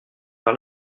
par